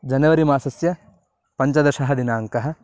January मासस्य पञ्चदशः दिनाङ्कः